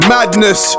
Madness